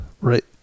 Right